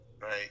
right